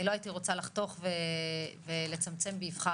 אני לא הייתי רוצה לחתוך ולצמצם באבחה